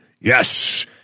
Yes